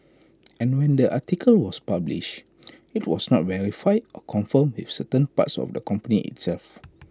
and when the article was published IT was not verified or confirmed with certain parts of the company itself